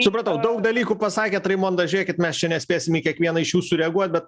supratau daug dalykų pasakėt raimonda žiūrėkit mes čia nespėsim į kiekvieną iš jų sureaguot bet